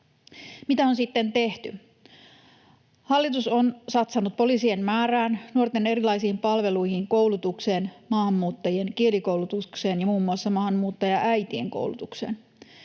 Mitä on sitten tehty? Hallitus on satsannut poliisien määrään, nuorten erilaisiin palveluihin, koulutukseen, maahanmuuttajien kielikoulutukseen ja muun muassa maahanmuuttajaäitien koulutukseen.